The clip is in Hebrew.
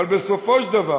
אבל בסופו של דבר